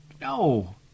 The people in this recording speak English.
No